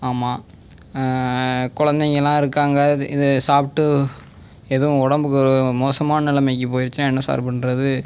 ஆமாம் குழந்தைங்களெலாம் இருக்காங்க இதை சாப்பிட்டு ஏதும் உடம்புக்கு மோசமான நிலைமைக்கு போயிடுச்சுன்னால் என்ன சார் பண்ணுறது